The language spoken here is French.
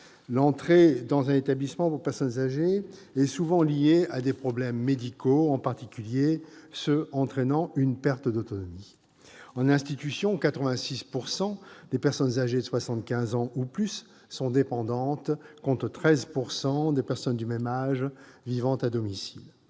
L'entrée dans un établissement pour personnes âgées est souvent liée à des problèmes médicaux, en particulier à ceux qui entraînent une perte d'autonomie. En institution, 86 % des personnes âgées de soixante-quinze ans ou plus sont dépendantes, contre 13 % des personnes du même âge vivant à domicile.